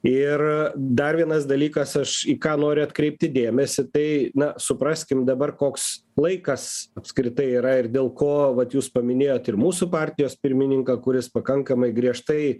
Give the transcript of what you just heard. ir dar vienas dalykas aš į ką noriu atkreipti dėmesį tai na supraskim dabar koks laikas apskritai yra ir dėl ko vat jūs paminėjot ir mūsų partijos pirmininką kuris pakankamai griežtai